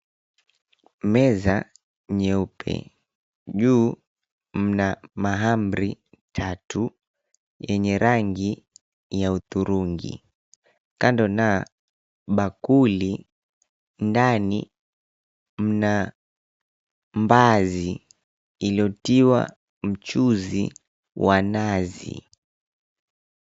Meza nyeupe, juu mna mahamri tatu yenye rangi ya hudhurungi. Kando na bakuli ndani mna mbaazi iliyotiwa mchuzi wa nazi.